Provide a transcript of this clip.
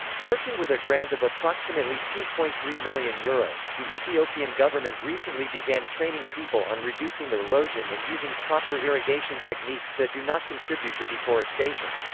working with a grant of approximately two point three million euros, the ethiopian government recently began training people on reducing erosion and using proper irrigation techniques that do not contribute to deforestation.